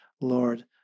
Lord